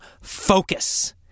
Focus